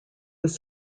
was